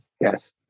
yes